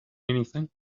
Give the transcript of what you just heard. anything